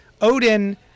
Odin